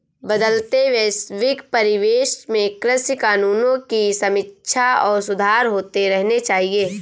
बदलते वैश्विक परिवेश में कृषि कानूनों की समीक्षा और सुधार होते रहने चाहिए